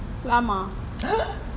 llama